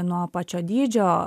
nuo pačio dydžio